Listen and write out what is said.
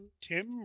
Tim